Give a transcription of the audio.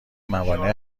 موانع